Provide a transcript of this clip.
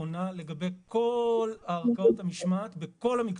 שנכונה לגבי כל ערכאות המשמעת בכל המקצועות.